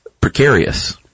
precarious